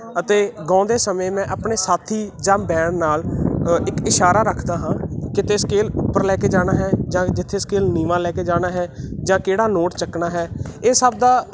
ਅਤੇ ਗਾਉਂਦੇ ਸਮੇਂ ਮੈਂ ਆਪਣੇ ਸਾਥੀ ਜਾਂ ਬੈਂਡ ਨਾਲ ਇੱਕ ਇਸ਼ਾਰਾ ਰੱਖਦਾ ਹਾਂ ਕਿਤੇ ਸਕੇਲ ਉੱਪਰ ਲੈ ਕੇ ਜਾਣਾ ਹੈ ਜਾਂ ਜਿੱਥੇ ਸਕੇਲ ਨੀਵਾਂ ਲੈ ਕੇ ਜਾਣਾ ਹੈ ਜਾਂ ਕਿਹੜਾ ਨੋਟ ਚੱਕਣਾ ਹੈ ਇਹ ਸਭ ਦਾ